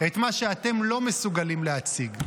את מה שאתם לא מסוגלים להציג.